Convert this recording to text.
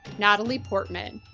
natalie portman.